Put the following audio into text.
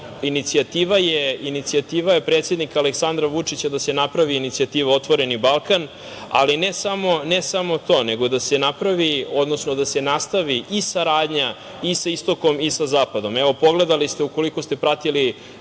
inicijativa je predsednika Aleksandra Vučića da se napravi inicijativa „Otvoreni Balkan“, ali ne samo to, nego da se nastavi i saradnja i sa istokom i sa zapadom. Evo, pogledali ste, ukoliko ste pratili